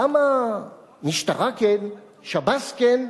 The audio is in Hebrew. למה משטרה, כן, שב"ס, כן,